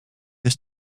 this